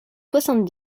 soixante